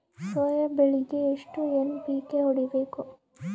Soya ಬೆಳಿಗಿ ಎಷ್ಟು NPK ಹೊಡಿಬೇಕು?